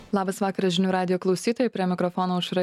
labas vakaras žinių radijo klausytojai prie mikrofono aušra